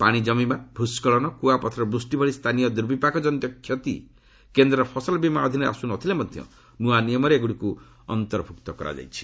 ପାଣି ଜମିବା ଭୂସ୍କଳନ କୁଆପଥର ବୃଷ୍ଟି ଭଳି ସ୍ଥାନୀୟ ଦୁର୍ବିପାକଜନିତ କ୍ଷତି କେନ୍ଦ୍ରର ଫସଲ ବୀମା ଅଧୀନରେ ଆସୁ ନ ଥିଲେ ମଧ୍ୟ ନୂଆ ନିୟମରେ ଏଗୁଡ଼ିକୁ ଅନ୍ତର୍ଭୁକ୍ତ କରାଯାଇଛି